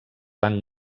van